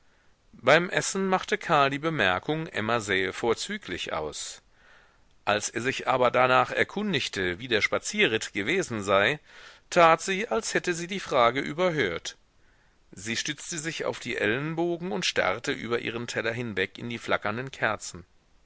beim essen machte karl die bemerkung emma sähe vorzüglich aus als er sich aber darnach erkundigte wie der spazierritt gewesen sei tat sie als hätte sie die frage überhört sie stützte sich auf die ellenbogen und starrte über ihren teller weg in die flackernden kerzen